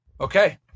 Okay